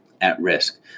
at-risk